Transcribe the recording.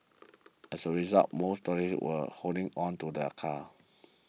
as a result most motorists were holding on to their cars